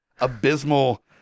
abysmal